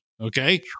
Okay